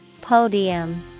Podium